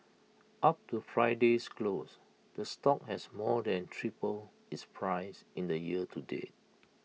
up to Friday's close the stock has more than tripled its price in the year to date